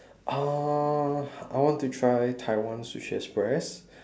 uh I want to try Taiwan sushi express